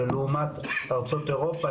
ולעומת ארצות אירופה,